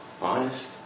Honest